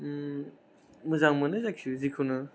मोजां मोनो जायखि जिखुनु